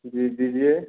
जी दीजिए